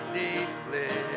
deeply